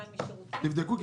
תבדקו.